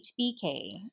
HBK